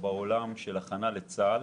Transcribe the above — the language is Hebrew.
בעולם של הכנה לצה"ל